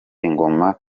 ingoma